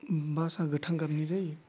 उम बासा गोथां गाबनि जायो